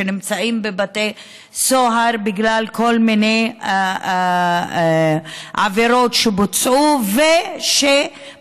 שנמצאים בבתי סוהר בגלל כל מיני עבירות שבוצעו ושבית